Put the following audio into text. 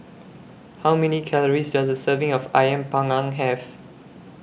How Many Calories Does A Serving of Ayam Panggang Have